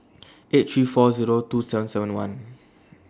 eight three four Zero two seven seven one